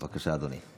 בבקשה, אדוני.